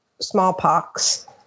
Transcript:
smallpox